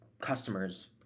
customers